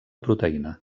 proteïna